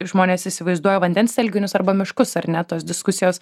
žmonės įsivaizduoja vandens telkinius arba miškus ar ne tos diskusijos